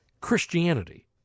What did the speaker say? Christianity